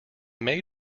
made